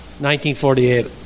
1948